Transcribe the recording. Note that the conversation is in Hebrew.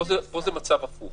פה זה מצב הפוך.